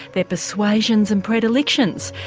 their persuasions and predilections.